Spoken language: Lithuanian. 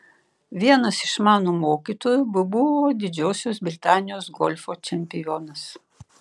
vienas iš mano mokytojų buvo didžiosios britanijos golfo čempionas